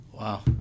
Wow